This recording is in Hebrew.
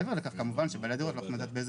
מעבר לכך שבעלי הדירות לא יכולים לדעת באיזה